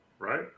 Right